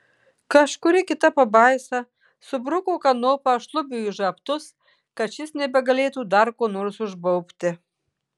kažkuri kita pabaisa subruko kanopą šlubiui į žabtus kad šis nebegalėtų dar ko nors užbaubti